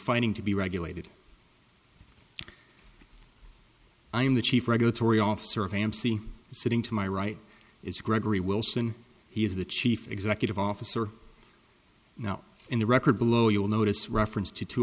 fighting to be regulated i am the chief regulatory officer of amc and sitting to my right is gregory wilson he is the chief executive officer now in the record below you will notice reference to two